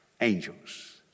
angels